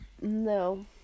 No